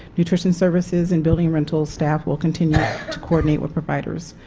nutrition services in building rental staff will continue to coordinate with providers.